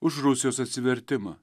už rusijos atsivertimą